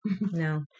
no